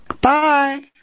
Bye